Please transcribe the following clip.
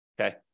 okay